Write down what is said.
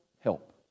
help